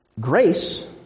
Grace